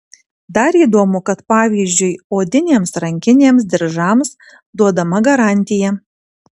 dar įdomu kad pavyzdžiui odinėms rankinėms diržams duodama garantija